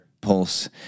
pulse